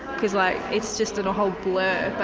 because like it's just in a whole blur but